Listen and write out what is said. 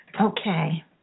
Okay